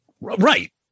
Right